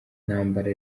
ntambara